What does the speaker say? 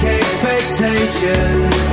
expectations